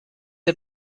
der